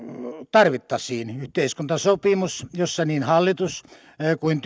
tarvittaisiin yhteiskuntasopimus jossa niin hallitus kuin